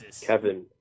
Kevin